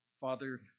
Father